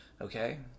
okay